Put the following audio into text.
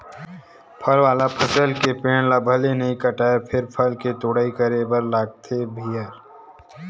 फर वाला फसल के पेड़ ल भले नइ काटय फेर फल के तोड़ाई करे बर लागथे भईर